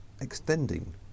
Extending